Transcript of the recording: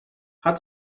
hat